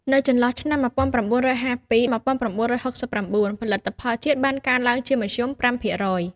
នៅចន្លោះឆ្នាំ ១៩៥២-១៩៦៩ ផលិតផលជាតិបានកើនឡើងជាមធ្យម ៥%។